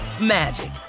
magic